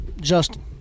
Justin